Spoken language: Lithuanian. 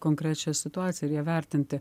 konkrečią situaciją ir ją vertinti